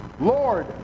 Lord